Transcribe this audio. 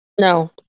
No